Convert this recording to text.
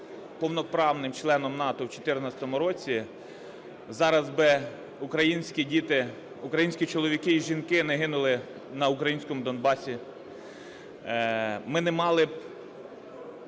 повноправним членом НАТО в 14-му році, зараз би українські діти, українські чоловіки і жінки не гинули на українському Донбасі, ми не мали б